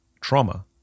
trauma